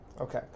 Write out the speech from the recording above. Okay